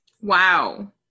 Wow